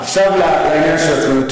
עכשיו לעניין שלנו.